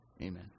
Amen